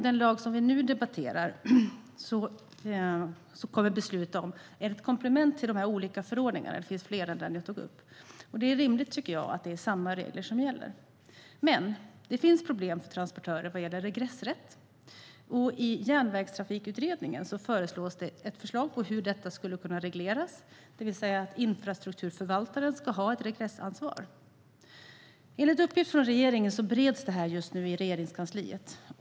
Den lag som vi nu debatterar och kommer att besluta om är ett komplement till de här olika förordningarna - det finns fler än den jag tog upp - och jag tycker att det är rimligt att det är samma regler som gäller. Det finns dock problem för transportörer vad gäller regressrätt. I Järnvägstrafikutredningen finns ett förslag om hur detta skulle kunna regleras, det vill säga att infrastrukturförvaltaren ska ha ett regressansvar. Enligt uppgift från regeringen bereds det här nu i Regeringskansliet.